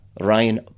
Ryan